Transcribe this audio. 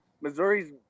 Missouri's